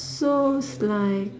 so like